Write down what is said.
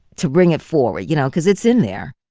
to bring it forward, you know, because it's in there